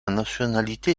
nationalité